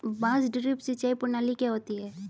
बांस ड्रिप सिंचाई प्रणाली क्या होती है?